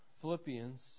Philippians